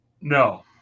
No